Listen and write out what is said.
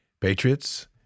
Patriots